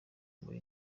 muri